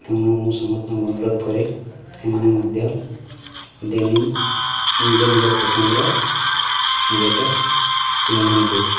ତେଣୁ ମୁଁ ସମସ୍ତଙ୍କୁ ଅନୁରୋଧ କରେ ସେମାନେ ମଧ୍ୟ ଡେନିମ୍ ନିଜ ନିଜ ପସନ୍ଦର ଜ୍ୟାକେଟ୍ ପିନ୍ଧନ୍ତୁ